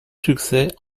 succès